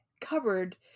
cupboard